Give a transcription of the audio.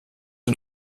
und